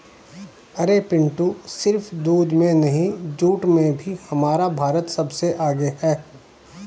अरे पिंटू सिर्फ दूध में नहीं जूट में भी हमारा भारत सबसे आगे हैं